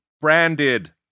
branded